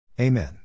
Amen